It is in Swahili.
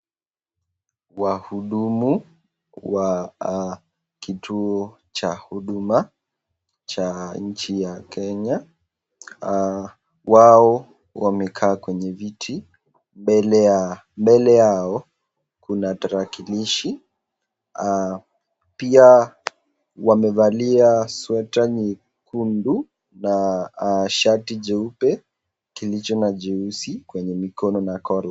Wahudumu wa kituo cha huduma cha nchi ya Kenya, wao wamekaa kwenye viti. Mbele yao kuna tarakilishi, pia wamevalia sweta nyekundu na shati jeupe kilicho na jeusi kwenye mikono na kola.